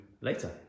later